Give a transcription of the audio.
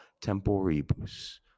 temporibus